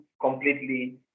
completely